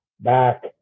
back